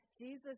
Jesus